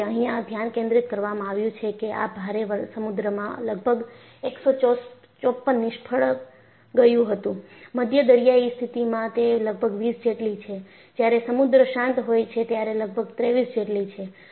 કેમ કે અહીંયા ધ્યાન કેન્દ્રિત કરવામાં આવ્યું છે કે આ ભારે સમુદ્રમાં લગભગ 154 નિષ્ફળ ગગયું હતું મધ્ય દરિયાઈ સ્થિતિમાં તે લગભગ 20 જેટલી છે જ્યારે સમુદ્ર શાંત હોય છે ત્યારે લગભગ 23 જેટલી છે